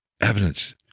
evidence